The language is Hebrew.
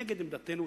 נגד עמדתנו,